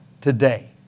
today